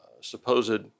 supposed